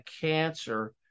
cancer